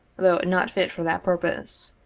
though not fit for that purpose.